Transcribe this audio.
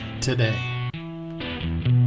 today